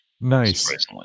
Nice